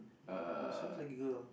mm it sounds like a girl